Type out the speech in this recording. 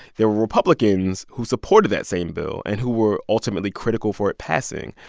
there were republicans who supported that same bill and who were ultimately critical for it passing.